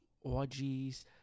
orgies